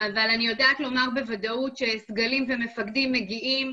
אבל אני יודעת לומר בוודאות שסגלים ומפקדים מגיעים,